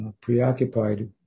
preoccupied